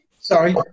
sorry